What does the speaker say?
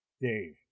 Dave